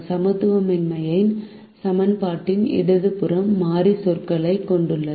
சமத்துவமின்மையின் சமன்பாட்டின் இடது புறம் மாறி சொற்களைக் கொண்டுள்ளது